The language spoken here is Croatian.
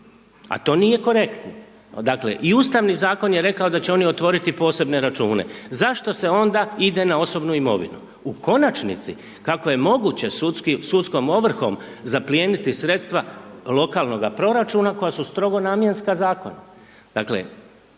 a to nije korektno. Dakle, i Ustavni zakon je rekao da će oni otvoriti posebne račune, zašto se onda ide na osobnu imovinu? U konačnici, kako je moguće sudski, sudskom ovrhom zaplijeniti sredstva lokalnoga proračuna koja su strogo namjenska Zakonom.